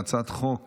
חברי הכנסת,